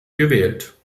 gewählt